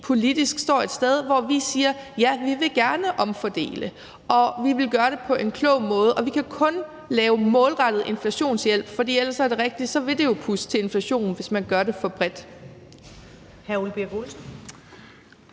politisk står et sted, hvor vi siger, at vi gerne vil omfordele, og at vi vil gøre det på en klog måde. Vi kan kun lave målrettet inflationshjælp, for ellers er det rigtigt, at det vil puste til inflationen, hvis man gør det for bredt.